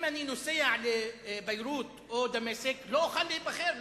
אם אני נוסע לביירות או דמשק לא אוכל להיבחר,